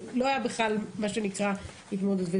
לא היתה בכלל מה שנקרא התמודדות.